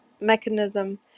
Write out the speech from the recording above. mechanism